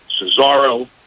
Cesaro